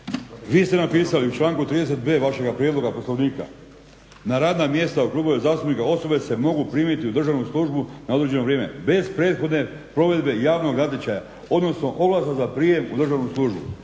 Vi ste napisali u članku 30.b vašega prijedloga Poslovnika "na radna mjesta u klubove zastupnika osobe se mogu primiti u državnu službu na određeno vrijeme, bez prethodne provedbe javnog natječaja odnosno oglasa za prijem u državnu službu".